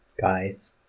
guys